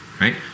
right